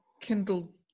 kindle